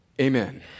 Amen